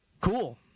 Cool